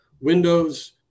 windows